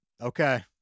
Okay